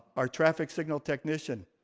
our traffic signal technician,